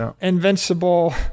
invincible